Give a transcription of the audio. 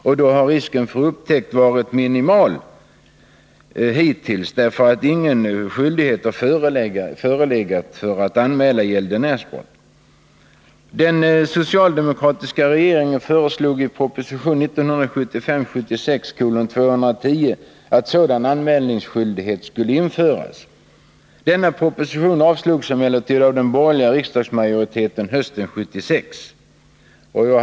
Hittills har risken för upptäckt varit minimal därför att ingen skyldighet har förelegat att anmäla gäldernärsbrott. Den dåvarande socialdemokratiska regeringen föreslog i proposition 1975/76:210 att sådan anmälningsskyldighet skulle införas. Denna proposition avslogs emellertid av den bogerliga riksdagsmajoriteten hösten 1976.